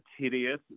tedious